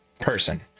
person